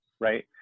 right